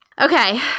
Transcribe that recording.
Okay